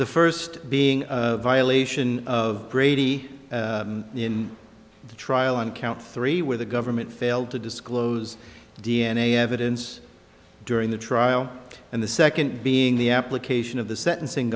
the first being a violation of brady in the trial on count three where the government failed to disclose the d n a evidence during the trial and the second being the application of the sentencing